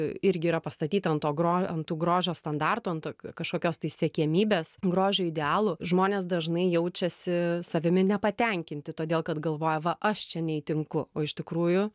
irgi yra pastatyta ant to gro ant tų grožio standartų ant kažkokios tai siekiamybės grožio idealų žmonės dažnai jaučiasi savimi nepatenkinti todėl kad galvoja va aš čia neįtinku o iš tikrųjų